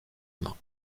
humains